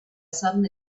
sudden